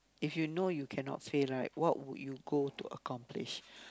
if you know you cannot fail right what would you go to accomplish